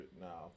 now